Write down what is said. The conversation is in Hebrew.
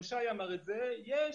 גם שי אמר: יש,